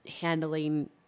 handling